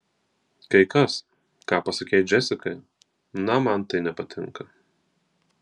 kai kas ką pasakei džesikai na man tai nepatinka